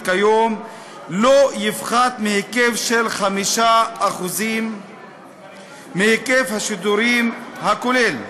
כיום לא יפחת מהיקף של 5% מהיקף השידורים הכולל.